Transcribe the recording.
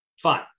Fine